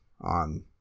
on